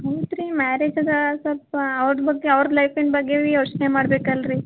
ಹ್ಞೂನ್ ರೀ ಮ್ಯಾರೇಜ್ ಅದಾ ಸ್ವಲ್ಪ ಅವ್ರ ಬಗ್ಗೆ ಅವ್ರ ಲೈಫಿನ ಬಗ್ಗೆಯೂ ಯೋಚನೆ ಮಾಡಬೇಕಲ್ರೀ